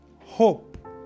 hope